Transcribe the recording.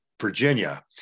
Virginia